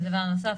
דבר נוסף,